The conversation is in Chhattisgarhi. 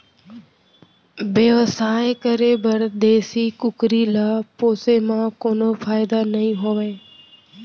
बेवसाय करे बर देसी कुकरी ल पोसे म कोनो फायदा नइ होवय